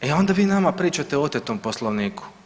I onda vi nama pričate o otetom Poslovniku.